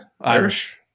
Irish